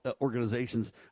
organizations